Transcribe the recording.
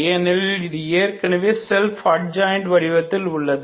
ஏனெனில் இது ஏற்கனவே செல்ப் அட்ஜாயிண்ட் வடிவத்தில் உள்ளது